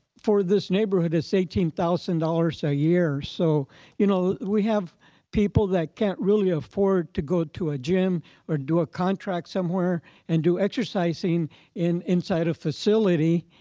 for this neighborhood is eighteen thousand dollars a year. so you know we have people that can't really afford to go to a gym or do a contract somewhere and do exercising inside a facility.